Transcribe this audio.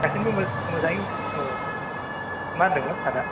गासैनिबो मोजाङै औ मा होनदोंमोन सारा